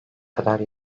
kadar